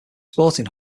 sporting